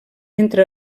entre